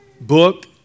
book